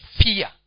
fear